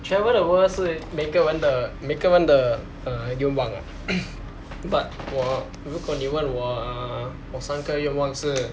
travel the world 是每个人的每个人的 uh 愿望 ah but 我如果你问我 uh 我三个愿望是